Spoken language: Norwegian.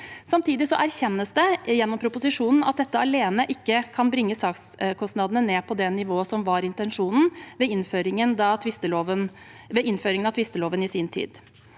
proposisjonen at dette alene ikke kan bringe sakskostnadene ned på det nivået som var intensjonen ved innføringen av tvisteloven i sin tid.